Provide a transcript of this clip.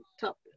top